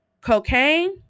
cocaine